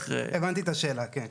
הבנתי את השאלה, כן.